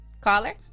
caller